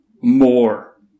more